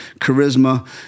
charisma